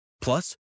Plus